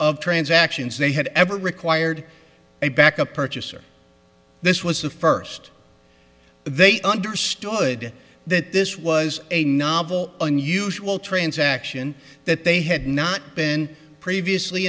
of transactions they had ever required a backup purchaser this was the first they understood that this was a novel unusual transaction that they had not been previously